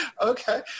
Okay